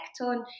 on